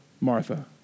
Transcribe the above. Martha